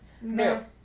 No